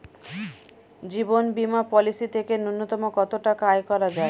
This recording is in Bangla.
জীবন বীমা পলিসি থেকে ন্যূনতম কত টাকা আয় করা যায়?